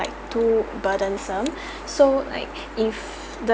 might too burdensome so like if the